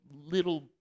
little